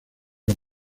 los